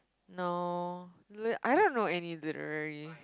no like I don't know any literally